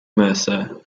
mercer